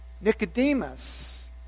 Nicodemus